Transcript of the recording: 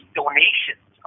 donations